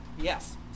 Yes